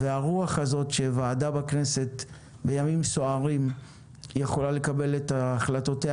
הרוח הזאת שוועדה בכנסת בימים סוערים יכולה לקבל את החלטותיה